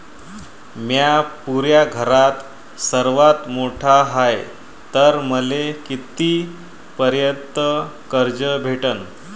म्या पुऱ्या घरात सर्वांत मोठा हाय तर मले किती पर्यंत कर्ज भेटन?